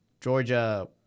Georgia